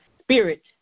spirit